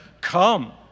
Come